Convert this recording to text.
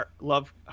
love